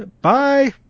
Bye